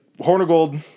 Hornigold